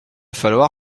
falloir